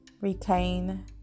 retain